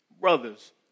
Brothers